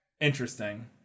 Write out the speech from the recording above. Interesting